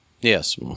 Yes